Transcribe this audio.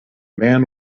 man